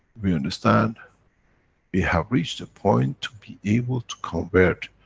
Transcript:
we understand we have reached the point, to be able to convert.